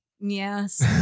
Yes